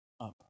up